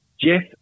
Jeff